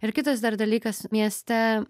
ir kitas dar dalykas mieste